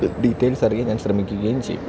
details അറിയാൻ ഞാൻ ശ്രമിക്കുകയും ചെയ്യും